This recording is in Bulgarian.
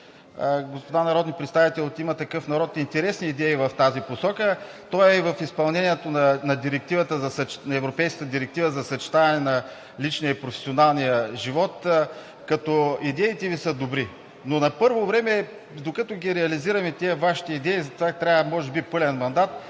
господа народни представители от „Има такъв народ“, интересни идеи в тази посока. То е и в изпълнението на Европейската директива за съчетаване на личния и професионалния живот, като идеите Ви са добри. Но на първо време, докато реализираме тези Ваши идеи, за тях трябва може би пълен мандат.